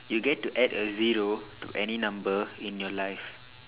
you get to add a zero to any number in your life